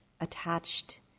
attached